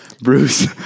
Bruce